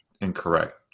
incorrect